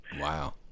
wow